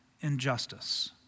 injustice